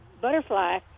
butterfly